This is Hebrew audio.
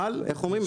אבל איך אומרים,